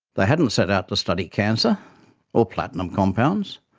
they hadn't set out to study cancer or platinum compounds,